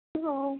ও